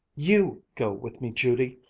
you go with me, judy!